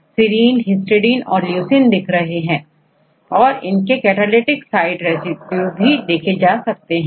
यहां रेसिड्यू दिखाई दे रहे हैं जो कैटालिटिक साइट रेसिड्यू है